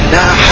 now